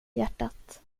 hjärtat